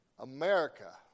America